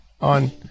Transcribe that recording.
on